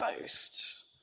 boasts